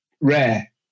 rare